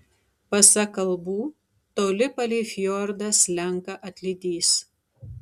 pasak kalbų toli palei fjordą slenka atlydys